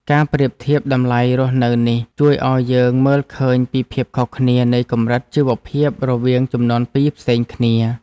ការប្រៀបធៀបតម្លៃរស់នៅនេះជួយឱ្យយើងមើលឃើញពីភាពខុសគ្នានៃកម្រិតជីវភាពរវាងជំនាន់ពីរផ្សេងគ្នា។